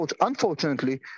unfortunately